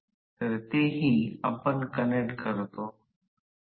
एकमेकांसह तो r torque तयार करतो आणि रोटर ला Fr च्या दिशेने हलविण्यासाठी झुकतो